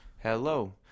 Hello